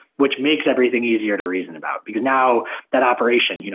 which makes everything easier to reason about, because now that operation, you know